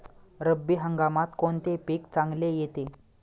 रब्बी हंगामात कोणते पीक चांगले येते?